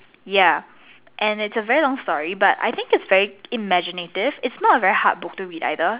ya and it's a very long story but I think it's very imaginative it's not a very hard book to read either